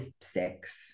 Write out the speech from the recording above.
six